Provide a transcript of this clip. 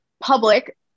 public